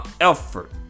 effort